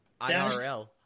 IRL